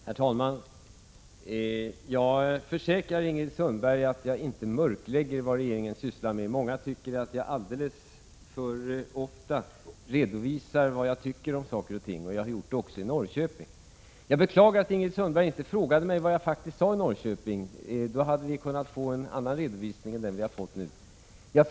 Herr talman! Jag försäkrar Ingrid Sundberg att jag inte mörklägger vad regeringen sysslar med. Många tycker att jag alldeles för ofta redovisar vad jag tycker om saker och ting, och jag har gjort det också i Norrköping. Jag beklagar att Ingrid Sundberg inte frågade mig vad jag faktiskt sade i Norrköping; då hade vi kunnat få en annan redovisning än den vi nu har fått.